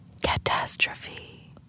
Catastrophe